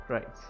Right